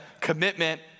commitment